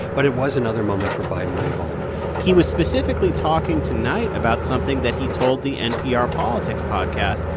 but it was another moment for biden to be vulnerable he was specifically talking tonight about something that he told the npr politics podcast.